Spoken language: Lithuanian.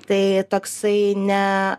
tai toksai ne